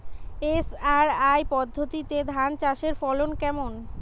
SRI পদ্ধতিতে ধান চাষের ফলন কেমন?